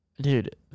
Dude